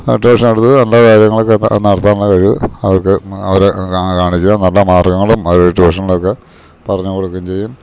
tuition എടുത്ത് നല്ല കാര്യങ്ങളൊക്കെ നടത്താനുള്ള കഴിവ് അവർക്ക് അവരെ കാണിക്കുക നല്ല മാർഗ്ഗങ്ങളും അവർ ട്യൂഷനിലൊക്കെ പറഞ്ഞു കൊടുക്കേം ചെയ്യും